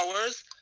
hours